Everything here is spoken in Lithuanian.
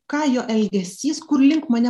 ką jo elgesys kur link mane